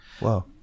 Wow